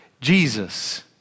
Jesus